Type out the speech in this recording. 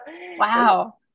Wow